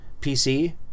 PC